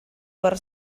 per